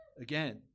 again